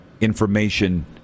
information